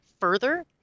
further